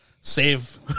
save